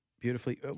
beautifully